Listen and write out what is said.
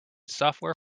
software